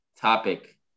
topic